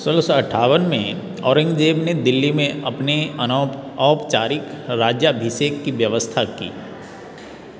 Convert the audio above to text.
सोलह सौ अठावन में औरंगज़ेब ने दिल्ली में अपने अनौप औपचारिक राज्याभिषेक की व्यवस्था की